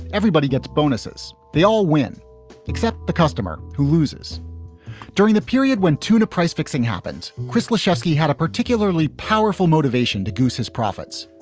everybody gets bonuses. they all win except the customer who loses during the period when tuna price fixing happens. chris lashinsky had a particularly powerful motivation to goose his profits.